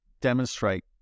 demonstrate